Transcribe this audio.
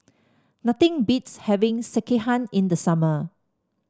nothing beats having Sekihan in the summer